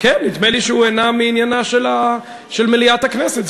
מעניינה של מליאת הכנסת.